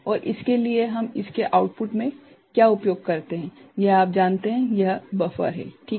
और इसके लिए हम इसके आउटपुट में क्या उपयोग करते हैं यह आप जानते हैं यह बफर हैं ठीक है